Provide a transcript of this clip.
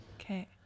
Okay